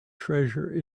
treasure